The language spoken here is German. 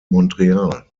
montreal